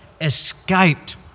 escaped